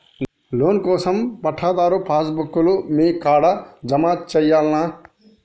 Loan కోసం పట్టాదారు pass book లు మీ కాడా జమ చేయల్నా?